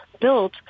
built